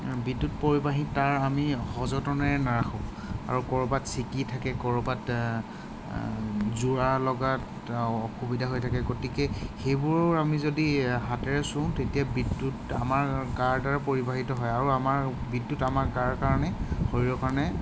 বিদ্যুৎ পৰিবাহী তাঁৰ আমি সযতনেৰে নাৰাখোঁ আৰু ক'ৰবাত ছিগি থাকে ক'ৰবাত যোৰা লগাত অসুবিধা হৈ থাকে গতিকে সেইবোৰ আমি যদি হাতেৰে চুওঁ তেতিয়া বিদ্যুৎ আমাৰ গাৰ দ্বাৰা পৰিবাহীত হয় আৰু আমাৰ বিদ্যুৎ আমাৰ গাৰ কাৰণে শৰীৰৰ কাৰণে